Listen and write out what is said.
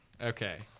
Okay